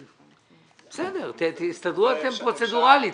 בסדר, תסתדרו אתם פרוצדורלית.